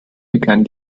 begann